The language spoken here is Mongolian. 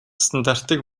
стандартыг